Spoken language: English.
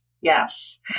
Yes